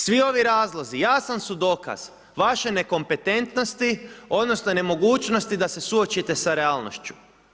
Svi ovi razlozi jasan su dokaz vaše nekompetentnosti odnosno nemogućnosti da se suočite sa realnošću.